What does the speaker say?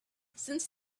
since